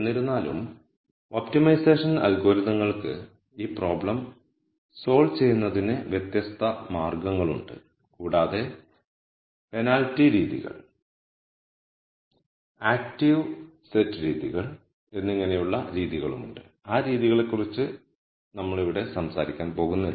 എന്നിരുന്നാലും ഒപ്റ്റിമൈസേഷൻ അൽഗോരിതങ്ങൾക്ക് ഈ പ്രോബ്ലം സോൾവ് ചെയ്യുന്നുക്കുന്നതിന് വ്യത്യസ്ത മാർഗങ്ങളുണ്ട് കൂടാതെ പെനാൽറ്റി രീതികൾ ആക്റ്റീവ് സെറ്റ് രീതികൾ എന്നിങ്ങനെയുള്ള രീതികളുണ്ട് ആ രീതികളെക്കുറിച്ച് നമ്മൾ ഇവിടെ സംസാരിക്കാൻ പോകുന്നില്ല